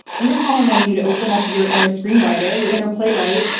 we're calling on you to open up your inner screenwriter, your inner playwright,